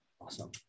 Awesome